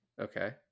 Okay